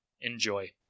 Enjoy